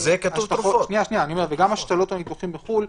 גם השתלות או ניתוחים בחו"ל,